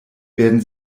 werden